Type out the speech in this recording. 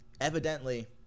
evidently